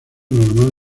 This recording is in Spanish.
normal